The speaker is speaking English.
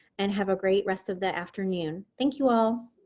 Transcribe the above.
and have a great rest of the afternoon. thank you all.